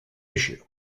issue